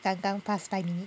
刚刚 past five minutes